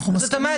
אנחנו מסכימים.